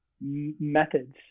methods